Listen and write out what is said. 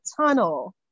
tunnel